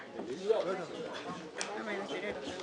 בינואר 2017. לא חשובה החלטת הממשלה ולא המס' שלה,